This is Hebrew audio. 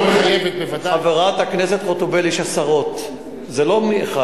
חברת הכנסת חוטובלי, יש עשרות, לא אחד.